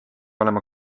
olema